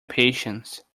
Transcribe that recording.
patience